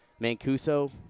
Mancuso